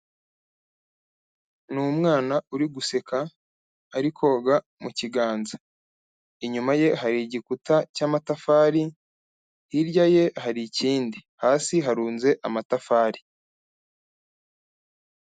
Ni umwana uri guseka ari koga mu kiganza, inyuma ye hari igikuta cy'amatafari, hirya ye hari ikindi, hasi harunze amatafari.